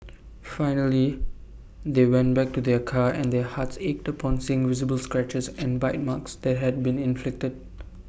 finally they went back to their car and their hearts ached upon seeing visible scratches and bite marks that had been inflicted